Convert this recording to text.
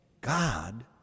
God